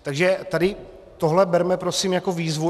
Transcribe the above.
Takže tohle berme prosím jako výzvu.